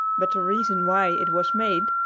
but the reason why it was made,